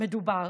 מדובר